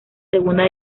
segunda